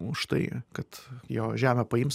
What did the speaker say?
už tai kad jo žemę paims